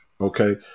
Okay